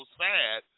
sad